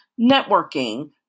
networking